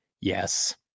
yes